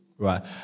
Right